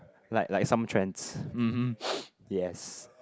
like like some trends mmhmm yes